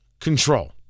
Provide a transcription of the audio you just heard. control